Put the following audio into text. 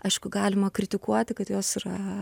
aišku galima kritikuoti kad jos yra